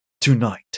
tonight